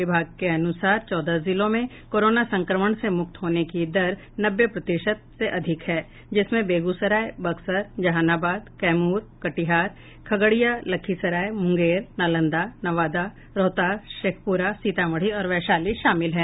विभाग के अनुसार चौदह जिलों में कोरोना संक्रमण से मुक्त होने की दर नब्बे प्रतिशत से अधिक है जिसमें बेगूसराय बक्सर जहानाबाद कैमूर कटिहार खगड़िया लखीसराय मुंगेर नालंदा नवादा रोहतास शेखपुरा सीतामढ़ी और वैशाली शामिल हैं